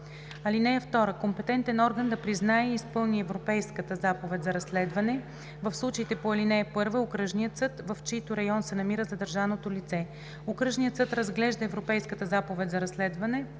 ал. 2. (2) Компетентен орган да признае и изпълни Европейска заповед за разследване в случаите по ал. 1 е окръжният съд, в чийто район се намира задържаното лице. Окръжният съд разглежда Европейската заповед за разследване